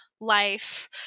Life